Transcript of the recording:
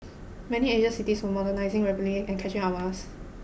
many Asian cities were modernising rapidly and catching up on us